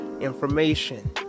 information